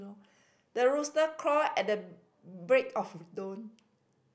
the rooster crow at the break of